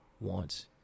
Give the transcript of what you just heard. wants